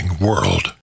world